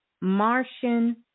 Martian